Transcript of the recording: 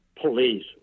police